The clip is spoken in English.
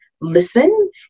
listen